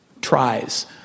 tries